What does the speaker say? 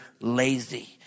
lazy